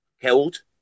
held